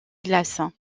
glace